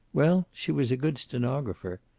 well, she was a good stenographer.